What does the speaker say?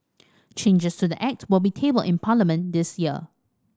changes to the Act will be tabled in Parliament this year